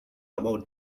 about